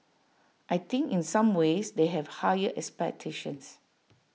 I think in some ways they have higher expectations